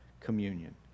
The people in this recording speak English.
Communion